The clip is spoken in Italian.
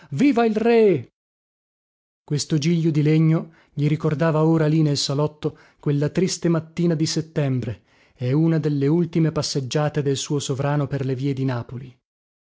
viva il re questo giglio di legno gli ricordava ora lì nel salotto quella triste mattina di settembre e una delle ultime passeggiate del suo sovrano per le vie di napoli